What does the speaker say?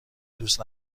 دوست